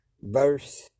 verse